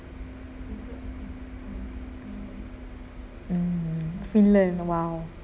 mm finland !wow!